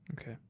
Okay